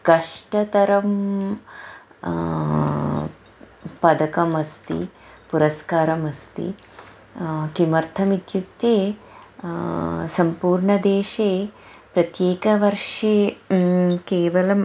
कष्टतरं पदकम् अस्ति पुरस्कारमस्ति किमर्थम् इत्युक्ते सम्पूर्णदेशे प्रत्येकवर्षे केवलम्